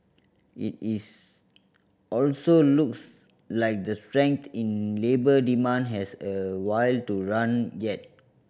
it is also looks like the strength in labour demand has a while to run yet